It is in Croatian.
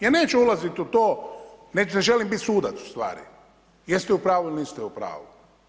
Ja neću ulazit u to, ne želim biti sudac ustvari, jeste u pravu ili niste u pravu.